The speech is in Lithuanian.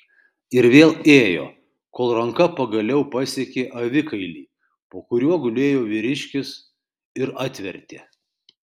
ir vėl ėjo kol ranka pagaliau pasiekė avikailį po kuriuo gulėjo vyriškis ir atvertė